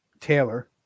Taylor